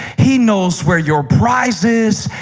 he knows where your prize is.